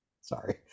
Sorry